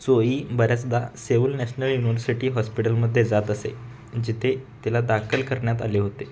Choi बऱ्याचदा Seoul national university हॉस्पिटलमध्ये जात असे जिथे तिला दाखल करण्यात आले होते